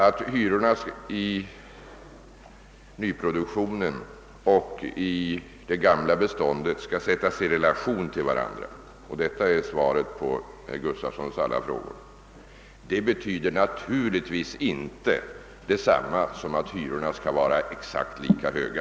Att hyrorna i nyproduktionen och i det gamla beståndet skall sättas i relation till varandra — och detta är svaret på herr Gustafssons alla frågor — betyder naturligtvis inte detsamma som att hyrorna skall vara exakt lika höga.